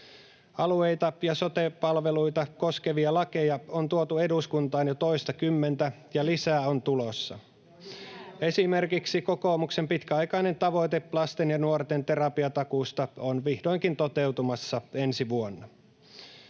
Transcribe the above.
Alueita ja sote-palveluita koskevia lakeja on tuotu eduskuntaan jo toistakymmentä, ja lisää on tulossa. Esimerkiksi kokoomuksen pitkäaikainen tavoite lasten ja nuorten terapiatakuusta on vihdoinkin toteutumassa ensi vuonna.